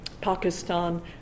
Pakistan